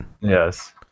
yes